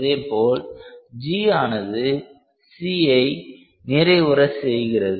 அதேபோல் G ஆனது Cஐ நிறைவுற செய்கிறது